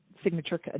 signature